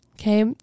okay